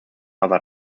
other